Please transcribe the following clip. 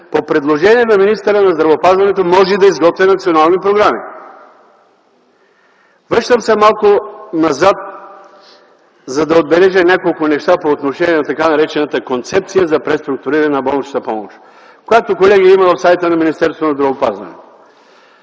по предложение на министъра на здравеопазването може да изготвя национални програми. Връщам се малко назад, за да отбележа няколко неща по отношение на така наречената концепция за преструктуриране на болничната помощ, която, колеги, я има в сайта на Министерството на здравеопазването.